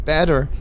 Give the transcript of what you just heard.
Better